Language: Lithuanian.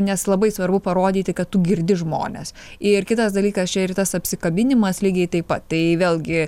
nes labai svarbu parodyti kad tu girdi žmones ir kitas dalykas čia ir tas apsikabinimas lygiai taip pat tai vėlgi